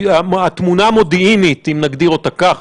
התמונה המודיעינית אם נגדיר אותה כך,